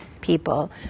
people